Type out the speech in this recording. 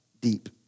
deep